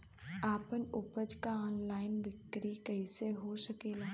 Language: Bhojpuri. आपन उपज क ऑनलाइन बिक्री कइसे हो सकेला?